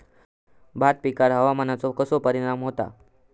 भात पिकांर हवामानाचो कसो परिणाम होता?